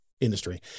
industry